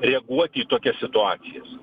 reaguoti į tokias situacijas